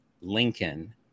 Lincoln